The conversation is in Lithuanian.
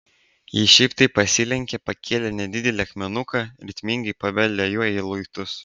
ji šiaip taip pasilenkė pakėlė nedidelį akmenuką ritmingai pabeldė juo į luitus